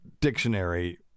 dictionary